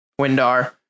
Windar